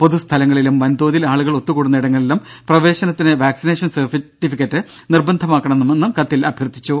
പൊതുസ്ഥലങ്ങളിലും വൻതോതിൽ ആളുകൾ ഒത്തുകൂടുന്ന ഇടങ്ങളിലും പ്രവേശനത്തിന് വാക്സിനേഷൻ സർട്ടിഫിക്കറ്റ് നിർബന്ധമാക്കണമെന്നും കത്തിൽ അഭ്യർത്ഥിച്ചു